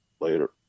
Later